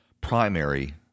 primary